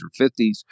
50s